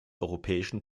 europäischen